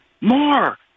more